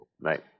Right